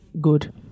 Good